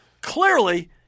clearly